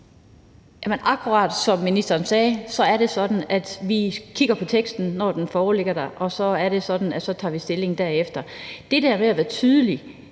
Akkurat som ministeren sagde, er det sådan, at vi kigger på teksten, når den foreligger, og så tager vi stilling derefter. I forhold til det der med at være tydelig